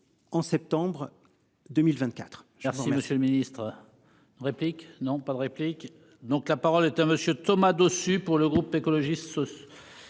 En septembre. 2024.